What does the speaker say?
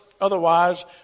Otherwise